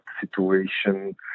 situation